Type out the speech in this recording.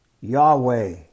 Yahweh